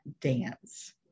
dance